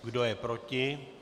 Kdo je proti?